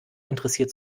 interessiert